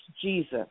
Jesus